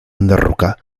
enderrocar